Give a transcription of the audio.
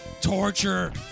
torture